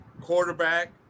quarterback